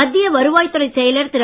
மத்திய வருவாய் துறைச் செயலர் திரு